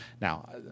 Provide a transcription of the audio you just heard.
Now